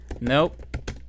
Nope